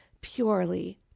purely